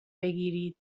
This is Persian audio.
بگیرید